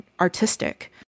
artistic